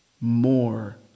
More